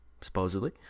supposedly